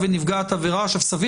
עכשיו אתם